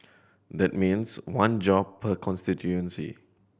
that means one job per constituency